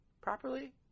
properly